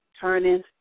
turning